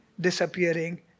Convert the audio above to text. disappearing